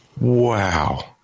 wow